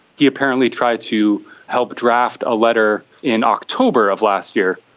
he apparently tried to help draft a letter in october of last year.